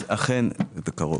אז אכן בקרוב